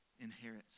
inherit